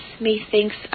methinks